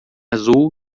azul